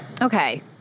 Okay